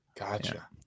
Gotcha